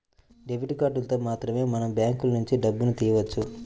debit కార్డులతో మాత్రమే మనం బ్యాంకులనుంచి డబ్బును తియ్యవచ్చు